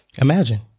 Imagine